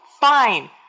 fine